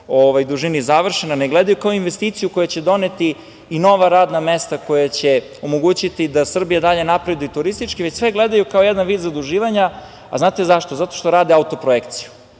dužini završena, ne gledaju kao investiciju koja će doneti i nova radna mesta, koja će omogućiti da Srbija dalje napreduje i turistički, već sve gledaju kao jedan vid zaduživanja.A da li znate zašto? Zato što rade autoprojekciju,